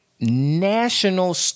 National